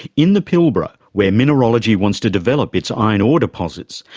in the pilbara, where mineralogy wants to develop its iron ore deposits,